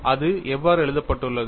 அது எவ்வாறு எழுதப்பட்டுள்ளது